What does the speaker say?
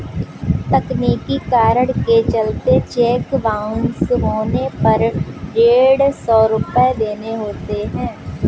तकनीकी कारण के चलते चेक बाउंस होने पर डेढ़ सौ रुपये देने होते हैं